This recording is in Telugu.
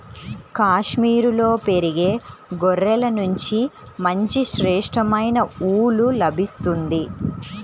కాశ్మీరులో పెరిగే గొర్రెల నుంచి మంచి శ్రేష్టమైన ఊలు లభిస్తుంది